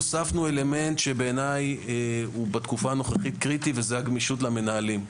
הוספנו אלמנט שבעיניי הוא קריטי בתקופה הנוכחית וזה הגמישות למנהלים.